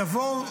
לבוא,